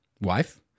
wife